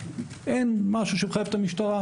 אין משהו שמחייב את המשטרה,